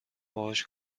باهاش